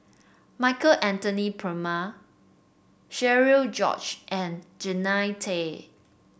Michael Anthony Palmer Cherian George and Jannie Tay